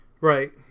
Right